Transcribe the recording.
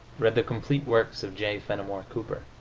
read the complete works of j. fenimore cooper.